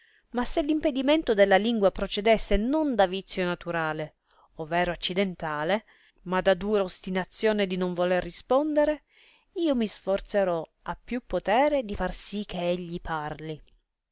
ma se l impedimento della lingua procedesse non da vizio naturale overo accidentale ma da dura ostinazione di non voler rispondere io mi sforzerò a più potere di far sì che egli parli